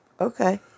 Okay